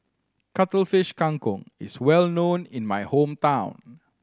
Cuttlefish Kang Kong is well known in my hometown